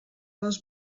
les